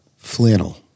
Flannel